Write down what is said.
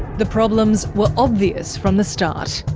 the problems were obvious from the start.